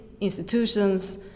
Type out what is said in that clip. institutions